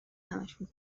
همشون